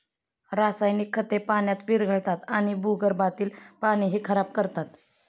रासायनिक खते पाण्यात विरघळतात आणि भूगर्भातील पाणीही खराब करतात